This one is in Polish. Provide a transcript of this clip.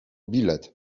bilet